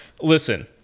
Listen